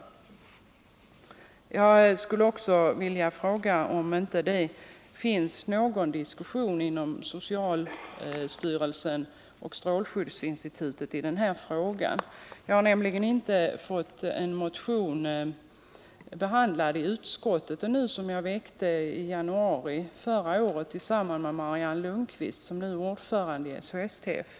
Jag skulle också vilja fråga om det inte förekommer någon diskussion mellan socialstyrelsen och strålskyddsinstitutet i den här frågan. Jag har nämligen ännu inte fått en motion behandlad i utskottet, en motion som jag väckte i januari förra året tillsammans med Marianne Lundqvist, som nu är ordförande i SHSTF.